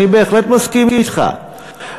אני בהחלט מסכים אתך,